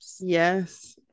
Yes